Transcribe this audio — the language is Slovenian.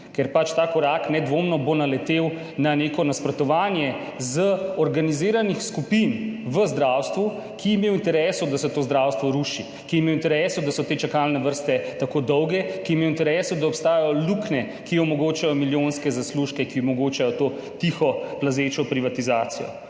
bo pač ta korak nedvomno naletel na neko nasprotovanje organiziranih skupin v zdravstvu, ki jim je v interesu, da se to zdravstvo ruši, ki jim je v interesu, da so te čakalne vrste tako dolge, ki jim je v interesu, da obstajajo luknje, ki omogočajo milijonske zaslužke, ki omogočajo to tiho, plazečo privatizacijo.